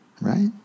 right